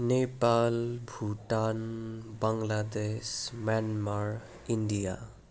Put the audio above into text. Nepal Bhutan Bangladesh Myanmar India